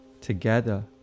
together